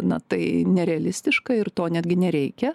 na tai nerealistiška ir to netgi nereikia